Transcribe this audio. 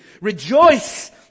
Rejoice